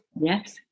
Yes